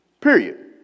Period